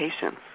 patience